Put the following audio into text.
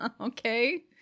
Okay